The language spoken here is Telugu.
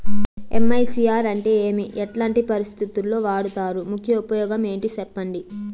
ఎమ్.ఐ.సి.ఆర్ అంటే ఏమి? ఎట్లాంటి పరిస్థితుల్లో వాడుతారు? ముఖ్య ఉపయోగం ఏంటి సెప్పండి?